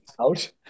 out